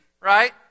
right